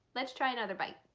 let's try another bite.